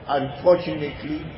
unfortunately